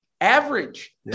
average